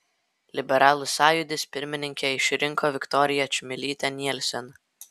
liberalų sąjūdis pirmininke išrinko viktoriją čmilytę nielsen